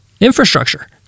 infrastructure